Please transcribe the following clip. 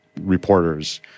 reporters